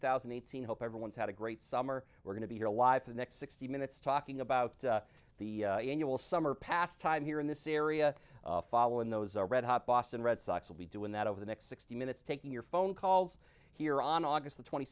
thousand and thirteen hope everyone's had a great summer we're going to be here live for the next sixty minutes talking about the you will summer pastime here in this area following those are red hot boston red sox will be doing that over the next sixty minutes taking your phone calls here on august the twenty